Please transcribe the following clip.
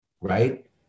right